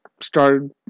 started